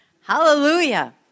Hallelujah